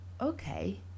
okay